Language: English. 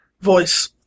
Voice